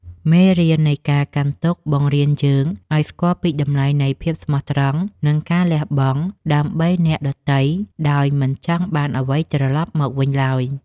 មេរៀននៃការកាន់ទុក្ខបង្រៀនយើងឱ្យស្គាល់ពីតម្លៃនៃភាពស្មោះត្រង់ និង ការលះបង់ដើម្បីអ្នកដទៃដោយមិនចង់បានអ្វីត្រឡប់មកវិញឡើយ។